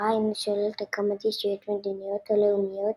שההצהרה אינה שוללת הקמת ישויות מדיניות או לאומיות